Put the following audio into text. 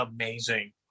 amazing